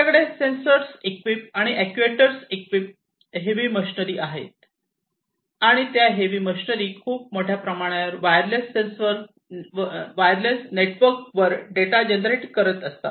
आपल्याकडे sensors equip आणि actuators equip heavy machinery आहेत आणि त्या हेवी मशनरी खूप मोठ्या प्रमाणावर वायरलेस नेटवर्क वर डेटा जनरेट करत असतात